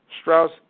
Strauss